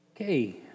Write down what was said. Okay